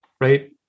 Right